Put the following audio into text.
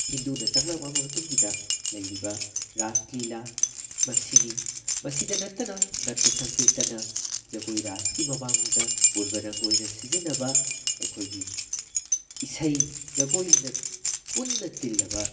ꯍꯤꯟꯗꯨꯅ ꯆꯪꯂꯕ ꯃꯇꯨꯡꯒꯤꯗ ꯂꯩꯔꯤꯕ ꯔꯥꯁ ꯂꯤꯂꯥ ꯃꯁꯤꯅꯤ ꯃꯁꯤꯗ ꯅꯠꯇꯅ ꯅꯠꯇ ꯁꯪꯀ꯭ꯔꯤꯇꯅ ꯖꯒꯣꯏ ꯔꯥꯁꯀꯤ ꯃꯃꯥꯡꯗ ꯄꯨꯔꯕ ꯔꯪ ꯑꯣꯏꯅ ꯁꯤꯖꯤꯟꯅꯕ ꯑꯩꯈꯣꯏꯒꯤ ꯏꯁꯩ ꯖꯒꯣꯏꯅ ꯄꯨꯟꯅ ꯇꯤꯜꯂꯕ